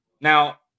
Now